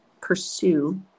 pursue